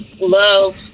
love